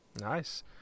nice